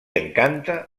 encanta